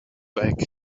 back